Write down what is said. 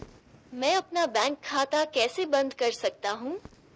मैं अपना बैंक खाता कैसे बंद कर सकता हूँ?